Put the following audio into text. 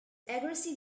aggressive